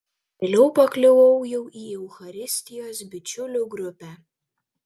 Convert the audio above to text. vėliau pakliuvau jau į eucharistijos bičiulių grupę